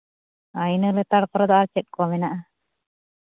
ᱟᱨ ᱤᱱᱟᱹ ᱞᱮᱛᱟᱲ ᱯᱚᱨᱮ ᱫᱚ ᱟᱨ ᱪᱮᱫ ᱠᱚ ᱢᱮᱱᱟᱜᱼᱟ